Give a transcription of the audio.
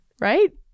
right